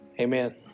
Amen